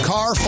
Car